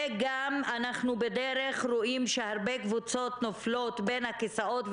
וגם אנחנו בדרך רואים שהרבה קבוצות נופלות בין הכיסאות,